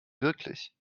wirklich